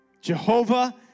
Jehovah